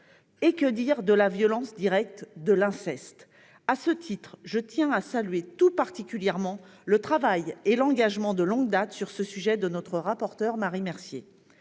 Et que dire de la violence directe, de l'inceste ! À ce titre, je tiens à saluer tout particulièrement le travail et l'engagement de longue date sur ce sujet de notre rapporteure, Marie Mercier.